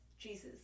Jesus